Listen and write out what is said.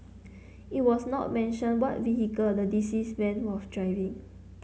it was not mentioned what vehicle the deceased man was driving